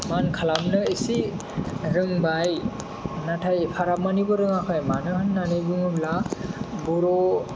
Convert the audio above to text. मान खालामनो इसे रोंबाय नाथाय एफाग्राबमानिबो रोङाखै मानो होननानै बुङोब्ला बर'